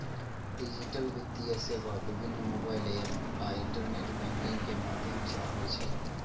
digital वित्तीय सेवा विभिन्न मोबाइल एप आ इंटरनेट बैंकिंग के माध्यम सं होइ छै